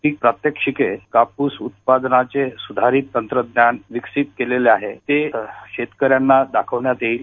हि प्रात्याक्षीके कापूस उत्पादनातील स्धारीत तंत्रज्ञान विकसीत केले आहे ते शेतकऱ्यांना दाखविण्यात येईल